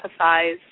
empathize